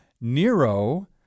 Nero